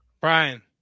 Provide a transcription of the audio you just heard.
Brian